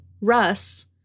Russ